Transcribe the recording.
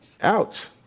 ouch